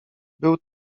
był